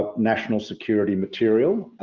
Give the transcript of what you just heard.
ah national security material,